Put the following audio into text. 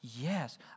yes